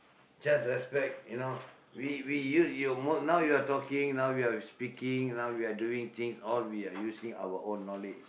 just respect you know we we you you mos~ now we are talking now we are speaking now we are doing things all we are using our own knowledge